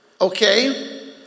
Okay